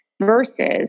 versus